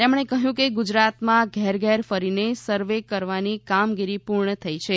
તેમણે કહ્યું કે ગુજરાતમાં ઘેર ઘેર ફરીને સર્વે કરવાની કામગીરી પૂર્ણ થઈ છે